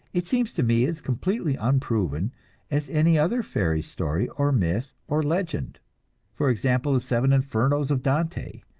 it seems to me as completely unproven as any other fairy story, or myth, or legend for example, the seven infernos of dante,